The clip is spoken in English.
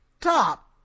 top